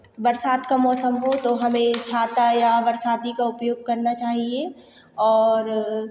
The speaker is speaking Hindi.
बरसात का मौसम हो तो हमें छाता या बरसाती का उपयोग करना चाहिए और